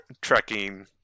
trekking